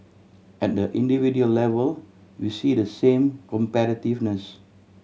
and individual level we see the same competitiveness